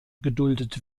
geduldet